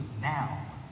now